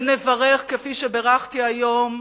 ונברך, כפי שבירכתי היום,